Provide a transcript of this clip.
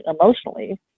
emotionally